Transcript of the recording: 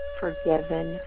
forgiven